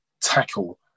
tackle